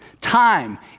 Time